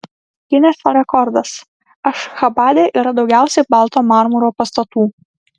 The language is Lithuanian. gineso rekordas ašchabade yra daugiausiai balto marmuro pastatų